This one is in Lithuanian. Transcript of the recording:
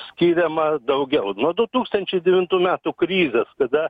skiriama daugiau nuo du tūkstančiai devintų metų krizės kada